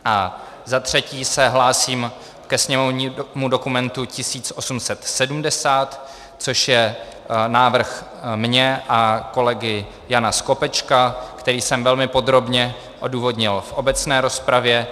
A za třetí se hlásím ke sněmovnímu dokumentu 1870, což je návrh můj a kolegy Jana Skopečka, který jsem velmi podrobně odůvodnil v obecné rozpravě.